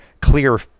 clear